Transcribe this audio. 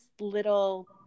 little